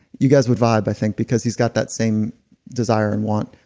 you guys would vibe i think, because he's got that same desire and want.